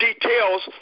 details